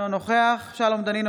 אינו נוכח שלום דנינו,